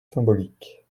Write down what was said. symbolique